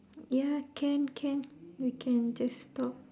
ya can can we can just talk